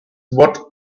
what